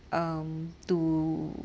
um to